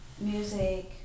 Music